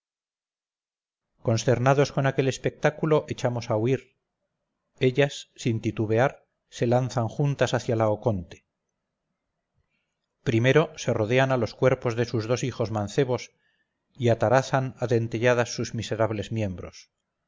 consternados con aquel espectáculo echamos a huir ellas sin titubear se lanzan juntas hacia laoconte primero se rodean a los cuerpos de sus dos hijos mancebos y atarazan a dentelladas sus miserables miembros